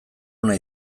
ona